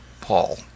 Paul